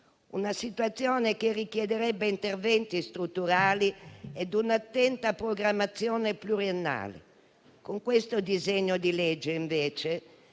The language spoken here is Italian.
una situazione che richiederebbe interventi strutturali e un'attenta programmazione pluriennale. Con questo disegno di legge, invece,